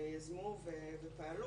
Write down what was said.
יזמו ופעלו.